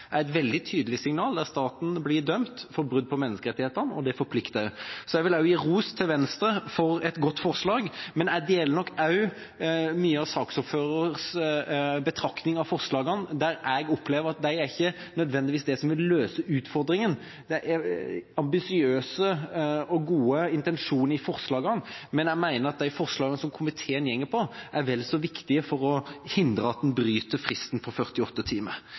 et veldig tydelig signal, der staten blir dømt for brudd på menneskerettighetene, og det forplikter. Jeg vil også gi ros til Venstre for et godt forslag, men jeg deler nok mye av saksordførerens betraktninger av forslagene, der jeg opplever at de ikke nødvendigvis løser utfordringen. Det er ambisiøse og gode intensjoner i forslagene, men jeg mener at de forslagene komiteen går for, er vel så viktige for å hindre at man bryter fristen på 48 timer.